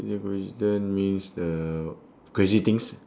the coincidence means the crazy things